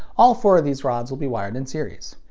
all four of these rods will be wired in series.